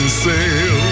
sail